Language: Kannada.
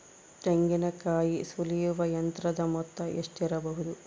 ತೆಂಗಿನಕಾಯಿ ಸುಲಿಯುವ ಯಂತ್ರದ ಮೊತ್ತ ಎಷ್ಟಿರಬಹುದು?